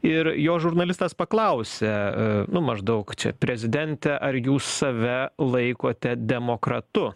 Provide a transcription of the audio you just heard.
ir jo žurnalistas paklausė nu maždaug čia prezidente ar jūs save laikote demokratu